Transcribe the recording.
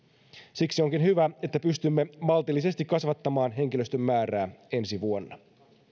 siksi onkin hyvä että pystymme maltillisesti kasvattamaan henkilöstön määrää ensi vuonna